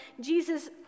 Jesus